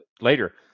later